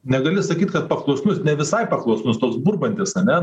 negali sakyt kad paklusnus ne visai paklusnus toks burbantis ane